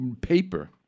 paper